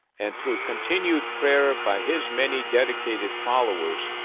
and through continued prayer by his many dedicated followers,